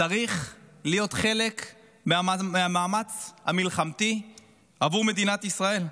צריך להיות חלק מהמאמץ המלחמתי עבור מדינת ישראל.